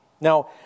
Now